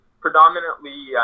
predominantly